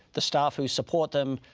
the staff who support them,